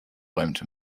räumte